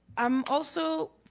um also,